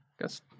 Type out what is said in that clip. guess